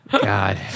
God